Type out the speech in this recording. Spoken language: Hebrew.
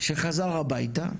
שחזר הביתה,